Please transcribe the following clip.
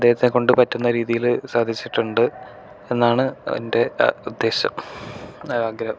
അദ്ദേഹത്തെ കൊണ്ട് പറ്റുന്ന രീതിയില് സാധിച്ചിട്ടുണ്ട് എന്നാണ് എൻ്റെ ഉദ്ദേശം ആഗ്രഹം